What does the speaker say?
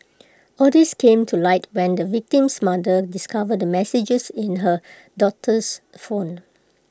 all these came to light when the victim's mother discovered the messages in her daughter's phone